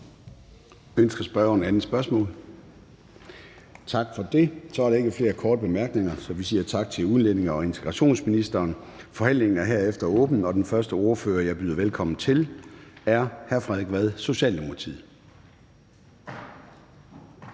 15:02 Formanden (Søren Gade): Tak for det. Så er der ikke flere korte bemærkninger. Vi siger tak til udlændinge- og integrationsministeren. Forhandlingen fortsætter hermed, og den første ordfører, jeg byder velkommen til, er hr. Frederik Vad, Socialdemokratiet.